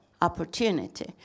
Opportunity